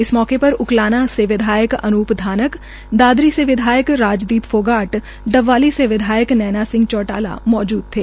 इस मौके पर उकलाना से विधायक अनूप धानक दादरी से विधायक राजदीप फोगाट डबवाली से विधायक नैना सिंह मौजूद थे